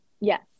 yes